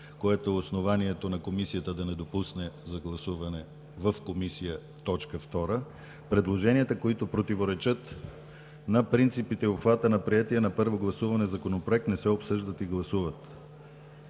което е основанието на Комисията да не допусне за гласуване в Комисията точка втора. „Предложения, които противоречат на принципите и обхвата на приетия на първо гласуване Законопроект, не се обсъждат и гласуват“.